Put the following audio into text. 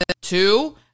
two